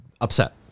upset